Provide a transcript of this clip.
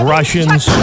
Russians